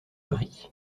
gris